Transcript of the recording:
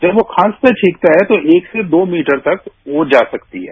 जब हम खांसते छिकते हैं तो एक से दो मीटर तक वो जा सकती है